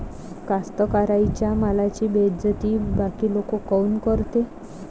कास्तकाराइच्या मालाची बेइज्जती बाकी लोक काऊन करते?